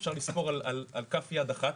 אפשר לספור על כף יד אחת,